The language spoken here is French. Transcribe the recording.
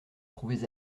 trouvées